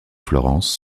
florence